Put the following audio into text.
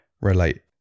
relate